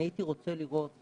אני הייתי רוצה לראות,